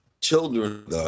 Children